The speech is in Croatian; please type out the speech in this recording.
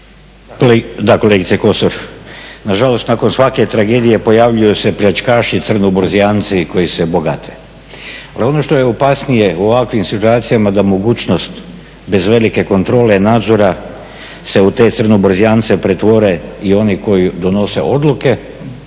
Da kolegice Kosor, nažalost nakon svake tragedije pojavljuju se pljačkaši crnoburzijanci koji se bagate. No ono što je opasnije u ovakvim situacijama da mogućnost bez velike kontrole, nadzora se u te crnoburzijance pretvore i oni koji donose odluke